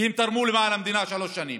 כי הם תרמו למען המדינה שלוש שנים.